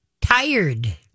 tired